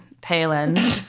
Palin